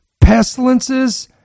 pestilences